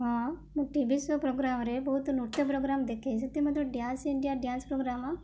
ହଁ ମୁଁ TV show program ରେ ବହୁତ ନୃତ୍ୟ ପ୍ରୋଗ୍ରାମ ଦେଖେ ସେଥିମଧ୍ୟରୁ ଡ୍ୟାନ୍ସ ଇଣ୍ଡିଆ ଡ୍ୟାନ୍ସ ପ୍ରୋଗ୍ରାମ